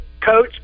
Coach